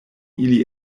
ili